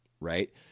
right